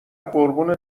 قربون